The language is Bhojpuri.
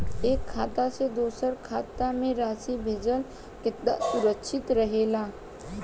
एक खाता से दूसर खाता में राशि भेजल केतना सुरक्षित रहेला?